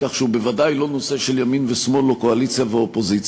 כך שזה בוודאי לא נושא של ימין שמאל או קואליציה ואופוזיציה.